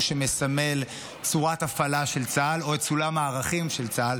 שמסמל צורת הפעלה של צה"ל או את סולם הערכים של צה"ל,